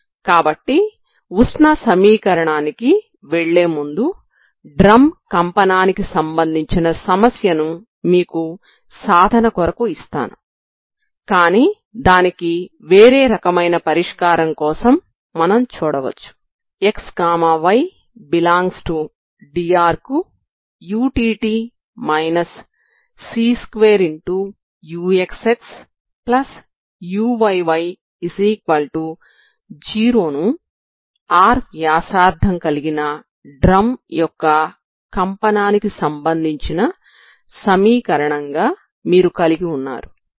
కాబట్టి ఉష్ణ సమీకరణానికి వెళ్లేముందు డ్రమ్ కంపనానికి సంబంధించిన సమస్యను మీకు సాధన కొరకు ఇస్తాను కానీ దానికి వేరే రకమైన పరిష్కారం కోసం మనం చూడవచ్చు xy ∈ DR కు utt c2uxxuyy0 ను R వ్యాసార్థం కలిగిన డ్రమ్ యొక్క కంపనానికి సంబంధించిన సమీకరణం గా మీరు కలిగి ఉన్నారు సరేనా